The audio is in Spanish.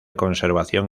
conservación